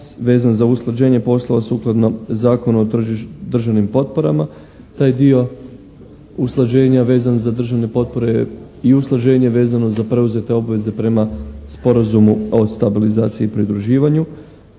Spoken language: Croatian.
vezan za usklađenje poslova sukladno Zakonu o državnim potporama. Taj dio usklađenja vezan za državne potpore je i usklađenje vezano za preuzete obveze prema Sporazumu o stabilizaciji i pridruživanju.